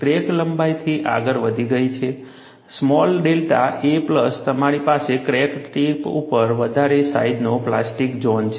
crack લંબાઈથી આગળ વધી ગઈ છે સ્મોલ ડેલ્ટા a પ્લસ તમારી પાસે ક્રેક ટિપ ઉપર વધારે સાઈજનો પ્લાસ્ટિક ઝોન છે